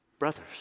Brothers